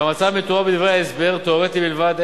שהמצב המתואר בדברי ההסבר תיאורטי בלבד,